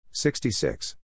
66